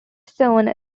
soon